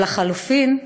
או לחלופין,